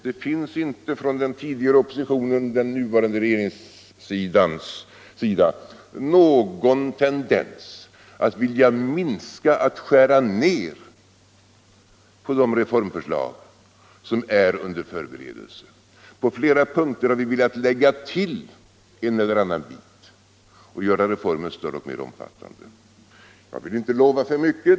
Det finns inte från den tidigare opposilionens, den nuvarande regeringens, sida någon tendens att vilja minska och skära ned de reformförslag som är under förberedelse. På flera punkter har vi velat lägga till en eller annan bit och göra reformen större och mer omfattande. Jag vill inte lova för mycket.